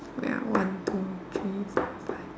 ya one two three four five